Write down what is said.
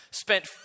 Spent